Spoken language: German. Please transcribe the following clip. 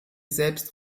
selbst